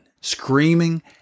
screaming